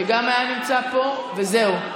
שגם הוא היה פה, וזהו.